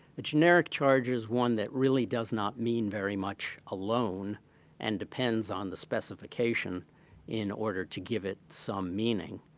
a generic charge is one that really does not mean very much alone and depends on the specification in order to give it some meaning.